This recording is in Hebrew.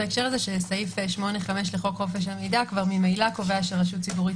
סעיף 8(5) לחוק חופש המידע כבר ממילא קובע שרשות ציבורית